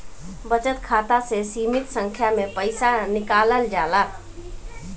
बचत खाता से सीमित संख्या में पईसा निकालल जाला